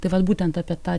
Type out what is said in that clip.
tai vat būtent apie tą